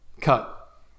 Cut